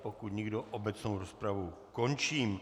Pokud nikdo, obecnou rozpravu končím.